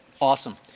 Awesome